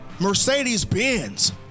mercedes-benz